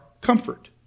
comfort